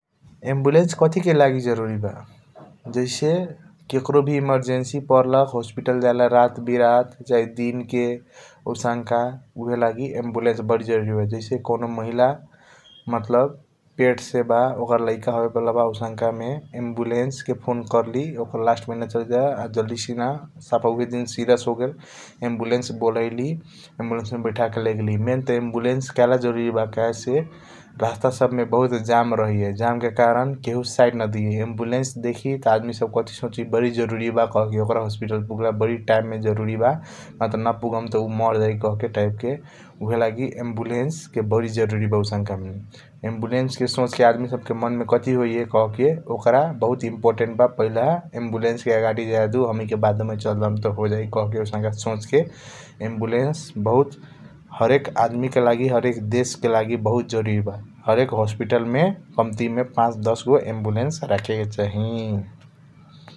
एम्बुलेंस कथी के लागि जरूरी बा जैसे ककरों वी ईमर्जन्सी परलख अस्पताल जायके रात बिरत के चाहे दिन के ऊहएलगी । एम्बुलेंस बारी जरूरी बा जैसे कॉनो महिला मतलब पेट से बा ओकर लाइक होवाला बा आउसाँक मे एम्बुलेंस के फोन कर्ली । ओकर लैस महिना चलौत बा आ जल्दी सीन साफ उहाय दिन सीरीअस होगेल एम्बुलेंस बोलायाली एम्बुलेंस मे बैठ के लेगएली । मैन त एम्बुलेंस कहेल जरूरी बा कहेसे रास्ता सब बहुत जाम रहिया जाम के कारण केहु साइड न देय एम्बुलेंस देखि त आदमी सब । कथी सोची बारी जरूरी ब कहके ओकर अस्पताल पूगल बारी टाइम जरूरी बा नत न पूगम त उ मार जाई कहके टाइप के ऊहएलगी । एम्बुलेंस के बरी जरूरी बा आउसनक ,मे सब मे एम्बुलेंस के सोच के आदमी सब के मन मे कथी होइया कहके ओकर बहुत इम्पॉर्टन्ट ब कहके । पहिला एम्बुलेंस के ओकर आगड़ी जयदु हमणिके बडोमे चलजाम त होजई कहके आउसनका सोच के एम्बुलेंस बहुत हरेक अमदी के लागि हरक देश के लगी बहुत जरूरी बा । हरेक अस्पताल कांति मे पाच दस गो एम्बुलेंस रखेके के चाही ।